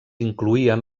incloïen